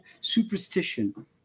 Superstition